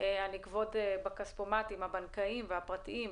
הנגבות בכספומטים הבנקאיים והפרטיים,